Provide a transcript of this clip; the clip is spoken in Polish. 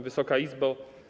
Wysoka Izbo!